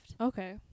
okay